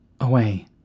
Away